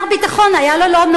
היה לו,